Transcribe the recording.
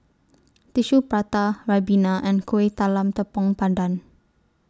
Tissue Prata Ribena and Kueh Talam Tepong Pandan